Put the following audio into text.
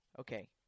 okay